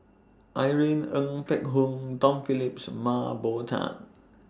Irene Ng Phek Hoong Tom Phillips Mah Bow Tan